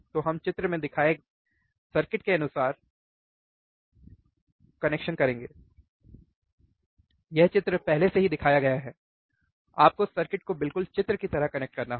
तो हम चित्र में दिखाए के अनुसार सर्किट को कनेक्ट करते हैं यह चित्र पहले से ही दिखाया गया है आपको सर्किट को बिल्कुल चित्र की तरह कनेक्ट करना होगा